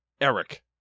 Eric